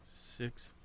six